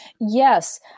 Yes